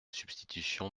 substitution